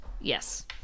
Yes